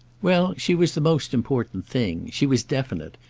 well, she was the most important thing she was definite.